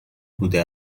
بوده